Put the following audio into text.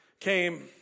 came